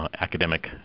academic